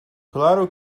claro